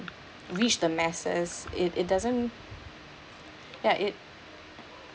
reach the masses it it doesn't ya it